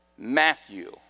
Matthew